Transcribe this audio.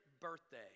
birthday